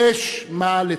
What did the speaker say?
יש מה לתקן,